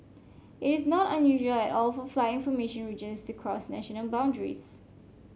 it is not unusual at all for flight information regions to cross national boundaries